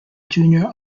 junior